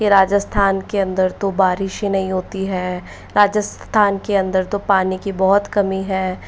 के राजस्थान के अंदर तो बारिश ही नहीं होती है राजस्थान के अंदर तो पानी की बहुत कमी है